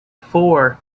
four